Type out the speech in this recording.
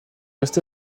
resté